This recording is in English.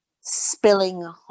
spilling